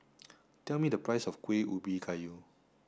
tell me the price of Kuih Ubi Kayu